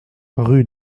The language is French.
rue